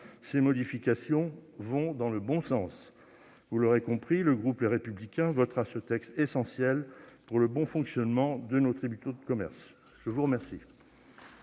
Ces modifications vont dans le bon sens. Vous l'aurez compris, le groupe Les Républicains votera ce texte essentiel pour le bon fonctionnement de nos tribunaux de commerce. La parole